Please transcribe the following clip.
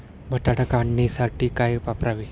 बटाटा काढणीसाठी काय वापरावे?